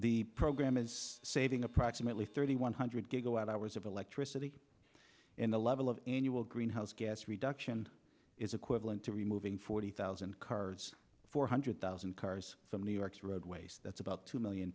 the program is saving approximately thirty one hundred gigawatt hours of electricity and the level of annual greenhouse gas reduction is equivalent to removing forty thousand cars four hundred thousand cars from new york's roadways that's about two million